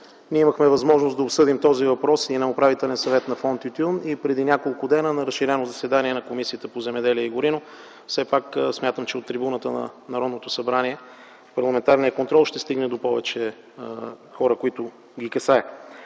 Имахме възможност да обсъдим този въпрос и на Управителен съвет на Фонд „Тютюн” и преди няколко дни на разширено заседание на Комисията по земеделието и горите. Все пак смятам, че от трибуната на Народното събрание парламентарният контрол ще стигне до повече хора, които ги касае.